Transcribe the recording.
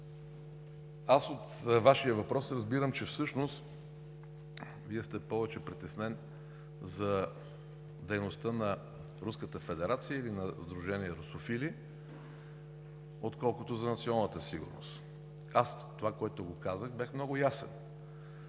От Вашия въпрос разбирам, че всъщност Вие сте повече притеснен за дейността на Руската федерация или Сдружение „Русофили“, отколкото за националната сигурност. (Реплики.) В това, което казах, бях много ясен.